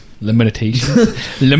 limitations